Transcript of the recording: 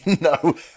No